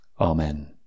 Amen